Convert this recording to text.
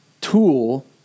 tool